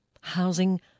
Housing